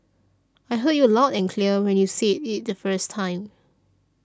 I heard you loud and clear when you said it the first time